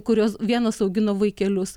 kurios vienos augino vaikelius